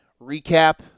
recap